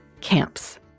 camps